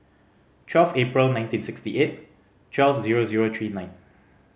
twelve April nineteen sixty eight twelve zero zero three nine